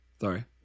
Sorry